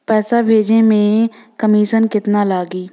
पैसा भेजे में कमिशन केतना लागि?